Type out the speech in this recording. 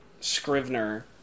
Scrivener